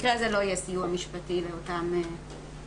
במקרה הזה לא יהיה סיוע משפטי לאותן משפחות